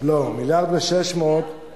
1.6 מיליארד שקלים.